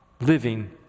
living